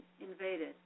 invaded